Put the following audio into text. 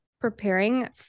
preparing